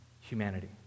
humanity